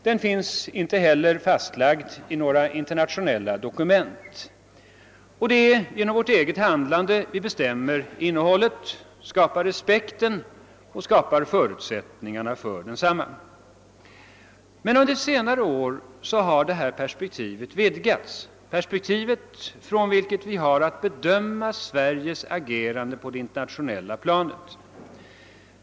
Den finns inte heller fastlagd i några internationella dokument, utan det är genom vårt eget handlande vi bestämmer innehållet, skapar respekt och skapar förutsättningar för densamma. Under de senaste åren har det perspektiv vidgats från vilket vi har att bedöma Sveriges agerande på det internationella planet.